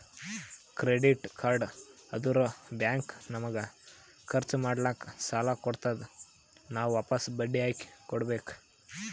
credit card ಅಂದುರ್ bank ನಮಗ ಖರ್ಚ್ ಮಾಡ್ಲಾಕ್ ಸಾಲ ಕೊಡ್ತಾದ್, ನಾವ್ ವಾಪಸ್ ಬಡ್ಡಿ ಹಾಕಿ ಕೊಡ್ಬೇಕ